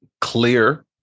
clear